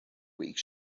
week